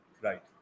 right